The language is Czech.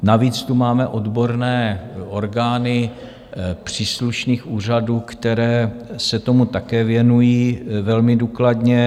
Navíc tu máme odborné orgány příslušných úřadů, které se tomu také věnují velmi důkladně.